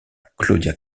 claudia